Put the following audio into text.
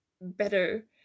better